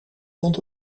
vond